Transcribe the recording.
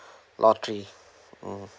lottery mm